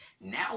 now